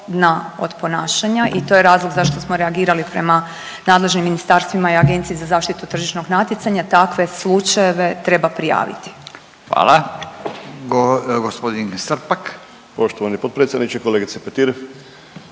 dna od ponašanja i to je razlog zašto smo reagirali prema nadležnim ministarstvima i Agenciji za zaštitu tržišnog natjecanja. Takve slučajeve treba prijaviti. **Radin, Furio (Nezavisni)** Hvala.